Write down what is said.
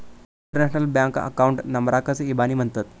international bank account नंबराकच इबानी म्हणतत